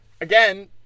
again